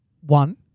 One